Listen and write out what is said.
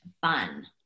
fun